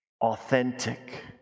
authentic